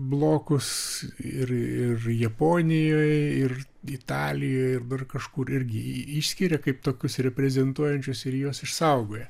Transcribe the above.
blokus ir ir japonijoj ir italijoj ir dar kažkur irgi išskiria kaip tokius reprezentuojančius ir juos išsaugoja